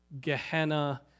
Gehenna